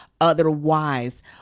otherwise